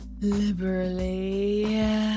Liberally